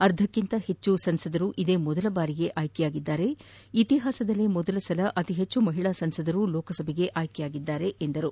ಅರ್ಧಕ್ಕಿಂತ ಹೆಚ್ಚು ಸಂಸತ್ ಸದಸ್ಯರು ಇದೇ ಮೊದಲ ಬಾರಿಗೆ ಆಯ್ಕೆಯಾಗಿದ್ದಾರೆ ಇತಿಹಾಸದಲ್ಲೇ ಮೊದಲ ಬಾರಿಗೆ ಅತಿ ಹೆಚ್ಚು ಮಹಿಳಾ ಸಂಸತ್ ಸದಸ್ಯರು ಲೋಕಸಭೆಗೆ ಆಯ್ಕೆಯಾಗಿದ್ದಾರೆ ಎಂದರು